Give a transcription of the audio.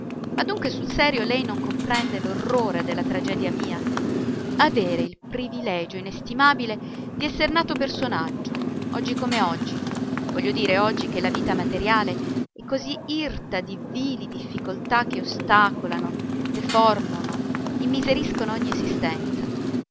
ma dunque sul serio lei non comprende l'orrore della tragedia mia avere il privilegio inestimabile di esser nato personaggio oggi come oggi voglio dire oggi che la vita materiale è così irta di vili difficoltà che ostacolano deformano immiseriscono ogni esistenza